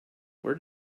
where